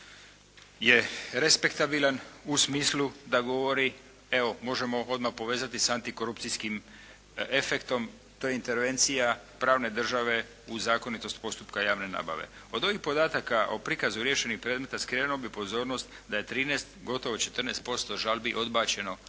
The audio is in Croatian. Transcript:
je respektabilan u smislu da govori evo, možemo odmah povezati sa antikorupcijskim efektom. To je intervencija pravne države u zakonitost postupka javne nabave. Od ovih podataka o prikazu riješenih predmeta skrenuo bi pozornost da je 13, gotovo 14% žalbi odbačeno,